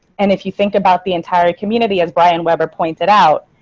and if you think about the entire community, as brian weber pointed out,